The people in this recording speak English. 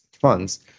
funds